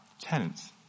tenants